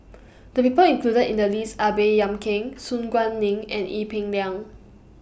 The People included in The list Are Baey Yam Keng Su Guaning and Ee Peng Liang